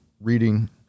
reading